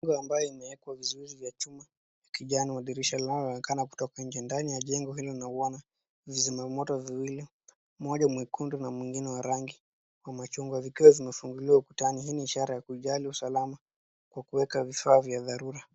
Nguzo ambaye imewekwa vizuri ya chuma. Kijani wa dirisha lao linaonekana kutuko nje. Ndani ya jengo hili nauona vizima moto viwili. Moja nyekundu na wa rangi ya machungwa zikiwa zimefungiliwa ukutani . Hii ni ishara ya kuujali usalama kwa kueka vifaa vya dharura.